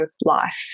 life